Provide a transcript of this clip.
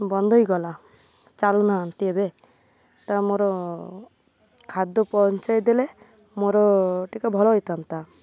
ବନ୍ଦ ହେଇଗଲା ଚାଲୁନାହାନ୍ତି ଏବେ ତ ଆମର ଖାଦ୍ୟ ପହଞ୍ଚାଇଦେଲେ ମୋର ଟିକେ ଭଲ ହେଇଥାନ୍ତା